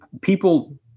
people